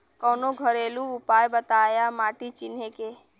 कवनो घरेलू उपाय बताया माटी चिन्हे के?